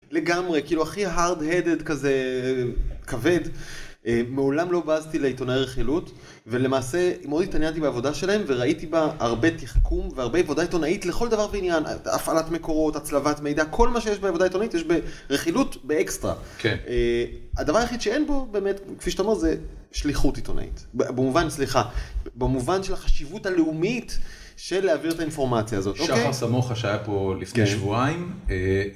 לגמרי כאילו הכי hard-headed כזה כבד מעולם לא באסתי לעיתונאי רכילות ולמעשה מאוד התעניינתי בעבודה שלהם וראיתי בה הרבה תחכום והרבה עבודה עיתונאית לכל דבר בעניין הפעלת מקורות הצלבת מידע כל מה שיש בעבודה עיתונאית יש ב רכילות באקסטרה. הדבר היחיד שאין בו באמת כפי שאתה אומר זה שליחות עיתונאית במובן סליחה במובן של החשיבות הלאומית של להעביר את האינפורמציה הזאת. שחר סמוכה שהיה פה לפני שבועיים.